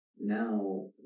now